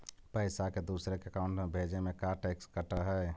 पैसा के दूसरे के अकाउंट में भेजें में का टैक्स कट है?